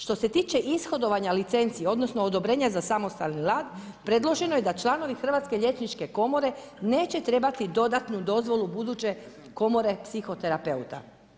Što se tiče ishodovanja licenci odnosno odobrenja za samostalni rad, predloženo je da članovi Hrvatske liječničke komore neće trebati dodatnu dozvolu buduće komore psihoterapeuta.